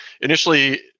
initially